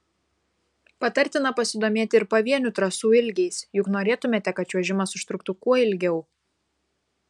patartina pasidomėti ir pavienių trasų ilgiais juk norėtumėte kad čiuožimas užtruktų kuo ilgiau